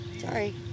sorry